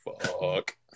fuck